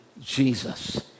Jesus